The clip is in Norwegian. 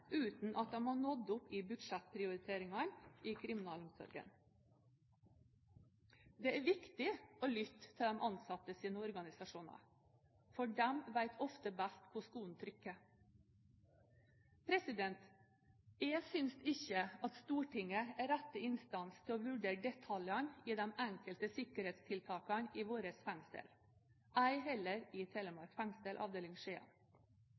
uten at de har nådd opp i budsjettprioriteringene i kriminalomsorgen. Det er viktig å lytte til de ansattes organisasjoner, for de vet ofte best hvor skoen trykker. Jeg synes ikke at Stortinget er rette instans til å vurdere detaljene i de enkelte sikkerhetstiltakene i våre fengsel, ei heller i